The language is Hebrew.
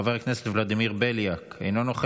חבר הכנסת ולדימיר בליאק,